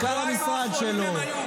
מנכ"ל המשרד שלו,